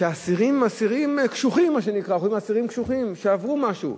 שאסירים, אסירים קשוחים, מה שנקרא, שעברו משהו,